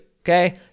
Okay